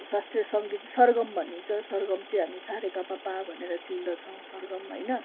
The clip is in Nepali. शास्त्रीय सङ्गीत सरगम भनिन्छ सरगम चाहिँ हामी सारेगमप भनेर चिन्दछौँ सरगम होइन